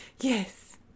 Yes